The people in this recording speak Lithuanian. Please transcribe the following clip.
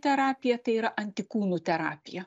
terapija tai yra antikūnų terapija